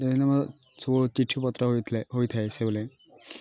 ଯାହାହେଲେ ସବୁ ଚିଠିପତ୍ର ହୋଇଥିଲା ହୋଇଥାଏ ସେ ବେଳେ